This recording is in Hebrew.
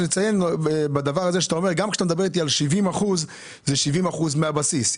כשאתה מדבר איתי על 70%, זה 70% מהבסיס.